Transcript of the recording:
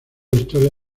historia